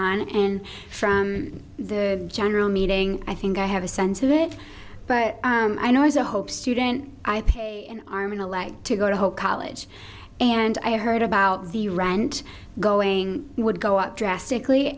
on and from the general meeting i think i have a sense of it but i know there's a hope student i pay an arm and a leg to go to whole college and i heard about the rant going would go out drastically